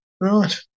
Right